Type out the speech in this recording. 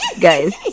Guys